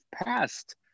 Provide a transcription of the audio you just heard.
past